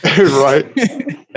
Right